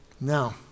Now